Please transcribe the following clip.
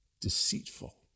deceitful